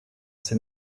ses